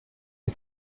les